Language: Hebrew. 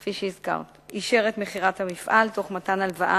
כפי שהזכרת, אישר את מכירת המפעל תוך מתן הלוואה